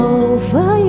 over